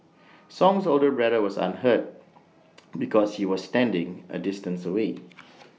song's older brother was unhurt because he was standing A distance away